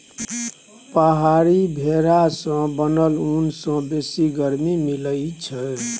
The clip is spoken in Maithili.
पहाड़ी भेरा सँ मिलल ऊन सँ बेसी गरमी मिलई छै